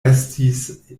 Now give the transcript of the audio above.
estis